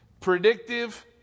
predictive